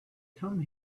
come